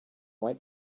white